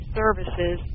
services